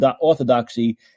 orthodoxy